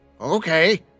Okay